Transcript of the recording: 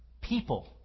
people